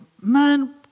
man